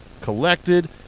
collected